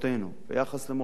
ביחס למורשתנו,